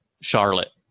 Charlotte